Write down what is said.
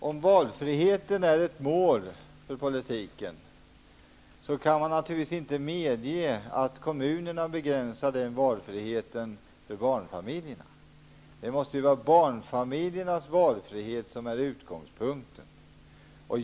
Fru talman! Om valfriheten är ett mål för politiken kan man naturligtvis inte medge att kommunerna begränsar valfriheten för barnfamiljerna. Barnfamiljernas valfrihet måste vara utgångspunkten.